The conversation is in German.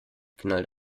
knallt